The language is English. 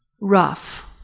rough